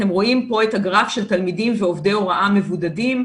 אתם רואים פה את הגרף של תלמידים ועובדי הוראה מבודדים,